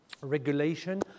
regulation